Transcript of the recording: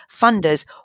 funders